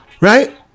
right